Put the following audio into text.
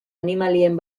animalien